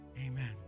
amen